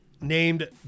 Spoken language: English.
named